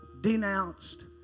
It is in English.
denounced